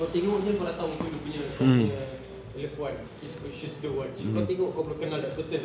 kau tengok jer kau dah tahu tu dia punya kau punya love one he questions the one kau tengok kau belum kenal that person [tau]